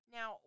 Now